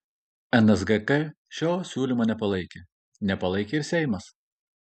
nsgk šio siūlymo nepalaikė nepalaikė ir seimas